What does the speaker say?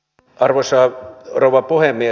arvoisa rouva puhemies